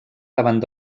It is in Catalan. davant